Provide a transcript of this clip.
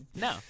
No